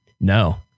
No